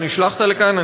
אתה נשלחת לכאן,